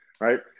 right